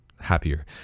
Happier